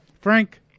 Frank